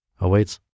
awaits